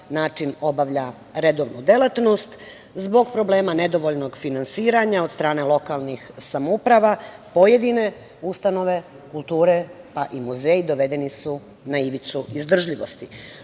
način obavlja redovnu delatnost. Zbog problema nedovoljnog finansiranja od strane lokalnih samouprava pojedine ustanove kulture pa i muzeji dovedeni su na ivicu izdržljivosti.